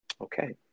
okay